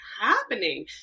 happening